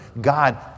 God